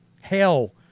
Hell